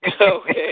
okay